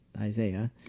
Isaiah